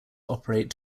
operate